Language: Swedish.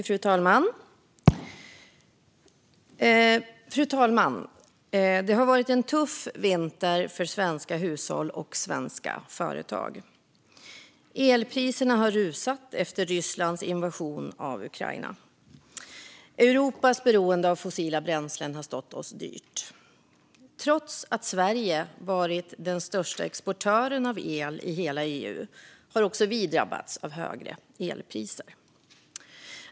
Fru talman! Det har varit en tuff vinter för svenska hushåll och svenska företag. Elpriserna har rusat efter Rysslands invasion av Ukraina. Europas beroende av fossila bränslen har stått oss dyrt. Trots att Sverige har varit den största exportören av el i hela EU har också vi drabbats av högre elpriser.